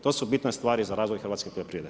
To su bitne stvari za razvoj hrvatske poljoprivrede.